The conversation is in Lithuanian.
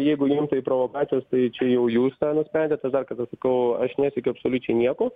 jeigu jum tai provokacijos tai čia jau jūs nusprendėt aš dar kartą sakau aš nesiekiu absoliučiai nieko